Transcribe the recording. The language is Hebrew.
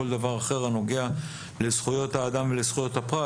דבר אחר הנוגע לזכויות האדם ולזכויות הפרט